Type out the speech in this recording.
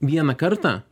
vieną kartą